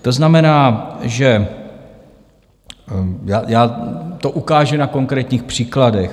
To znamená, že se to ukáže na konkrétních příkladech.